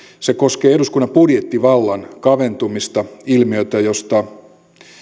se koskee eduskunnan budjettivallan kaventumista ilmiötä josta